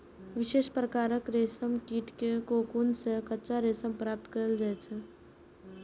विशेष प्रकारक रेशम कीट के कोकुन सं कच्चा रेशम प्राप्त कैल जाइ छै